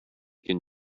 can